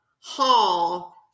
Hall